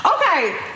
Okay